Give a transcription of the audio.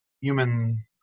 human